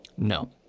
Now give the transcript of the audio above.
No